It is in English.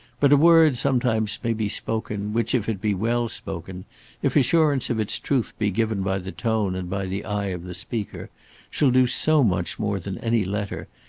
but a word sometimes may be spoken which, if it be well spoken if assurance of its truth be given by the tone and by the eye of the speaker shall do so much more than any letter,